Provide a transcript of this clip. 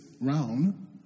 round